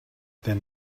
then